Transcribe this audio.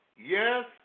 Yes